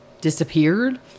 disappeared